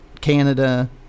Canada